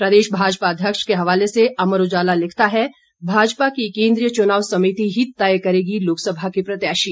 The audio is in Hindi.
प्रदेश भाजपा अध्यक्ष के हवाले से अमर उजाला लिखता है भाजपा की केंद्रीय चुनाव समिति ही तय करेगी लोकसभा के प्रत्याशी